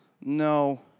No